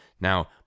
Now